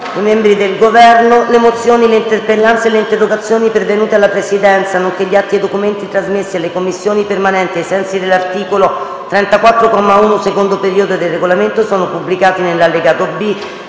nuova finestra"). Le mozioni, le interpellanze e le interrogazioni pervenute alla Presidenza, nonché gli atti e i documenti trasmessi alle Commissioni permanenti ai sensi dell'articolo 34, comma 1, secondo periodo, del Regolamento sono pubblicati nell'allegato B